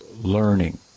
learning